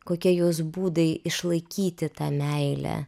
kokie jos būdai išlaikyti tą meilę